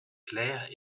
claire